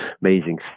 amazing